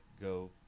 go